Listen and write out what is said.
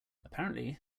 apparently